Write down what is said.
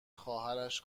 خواهرش